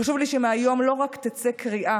חשוב לי רק שמהיום לא תצא רק קריאה